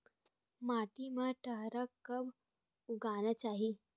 माटी मा थरहा कब उगाना चाहिए?